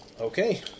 Okay